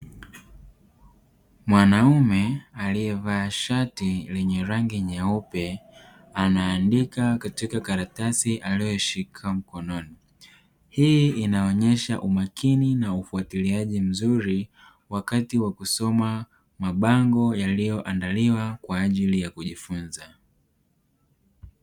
Mwanaume aliyevaa shati lenye rangi nyeupe anaandika katika karatasi aliyoshika mkononi hii inaonyesha umakini na ufuatiliaji mzuri wakati wa kusoma mabango yaliyoandaliwa kwa ajili ya kujifunza.